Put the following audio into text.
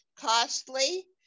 costly